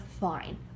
fine